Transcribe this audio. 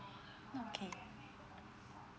okay